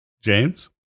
James